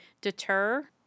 deter